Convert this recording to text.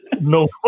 no